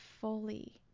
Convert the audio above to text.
fully